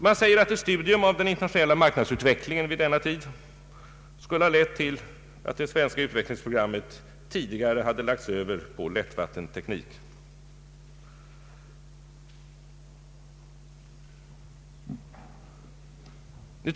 Man säger att ett studium av internationell marknadsutveckling vid denna tid skulle ha lett till att det svenska utvecklingsprogrammet tidigare hade lagts över på lättvattenteknik.